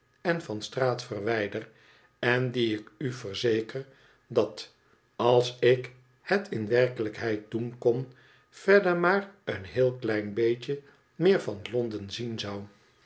en van straat verwijder en die ik u verzeker dat als ik het in werkelijkheid doen kon verder maar een heel klein beetje meer van londen zien zou